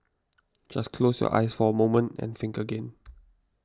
just close your eyes for a moment and think again